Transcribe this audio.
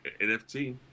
NFT